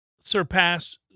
surpass